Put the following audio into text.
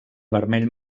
vermell